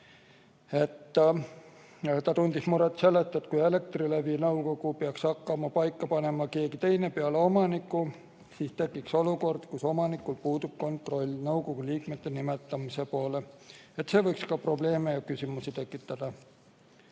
Ta tundis muret, et kui Elektrilevi nõukogu peaks hakkama paika panema keegi teine peale omaniku, siis tekiks olukord, kus omanikul puudub kontroll nõukogu liikmete nimetamise üle. See võib ka probleeme ja küsimusi tekitada.